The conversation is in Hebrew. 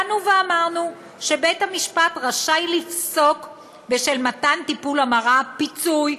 באנו ואמרנו שבית-המשפט רשאי לפסוק בשל מתן טיפול המרה פיצוי,